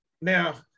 now